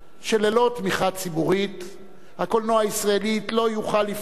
שללא תמיכה ציבורית הקולנוע הישראלי לא יוכל לפרוס